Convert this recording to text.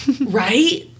right